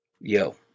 Yo